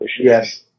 Yes